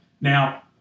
Now